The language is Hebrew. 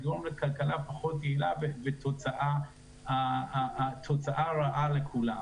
הוא יגרום לכלכלה פחות יעילה ותוצאה רעה לכולם.